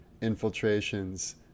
infiltrations